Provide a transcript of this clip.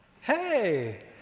hey